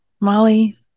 Molly